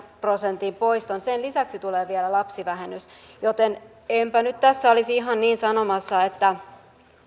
neljän prosentin poiston sen lisäksi tulee vielä lapsivähennys joten enpä nyt tässä olisi ihan niin sanomassa että